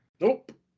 Nope